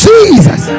Jesus